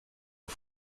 aux